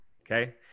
Okay